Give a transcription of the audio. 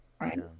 Right